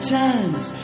times